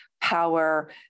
power